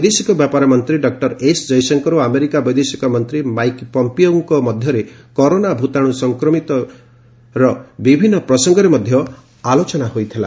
ବୈଦେଶିକ ବ୍ୟାପାର ମନ୍ତ୍ରୀ ଡକ୍କର ଏସ୍ ଜୟଶଙ୍କର ଓ ଆମେରିକା ବୈଦେଶିକ ମନ୍ତ୍ରୀ ମାଇକ୍ ପମ୍ପିଓଙ୍କ ମଧ୍ୟରେ କରୋନା ଭୂତାଣୁ ସଂକ୍ରମିତ ବିଭିନ୍ନ ପ୍ରସଙ୍ଗରେ ମଧ୍ୟ ଆଲୋଚନା ହୋଇଥିଲା